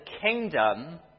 kingdom